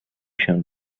się